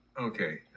okay